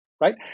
right